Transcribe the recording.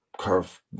curve